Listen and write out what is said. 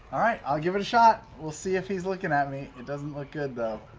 all right, i'll give it a shot. we'll see if he's looking at me. it doesn't look good, though.